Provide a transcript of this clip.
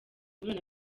guhura